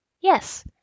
Yes